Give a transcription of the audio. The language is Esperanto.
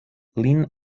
lin